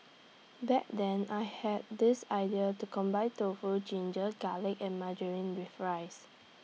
back then I had this idea to combine tofu ginger garlic and margarine with rice